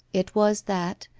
it was that,